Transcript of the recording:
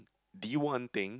the one thing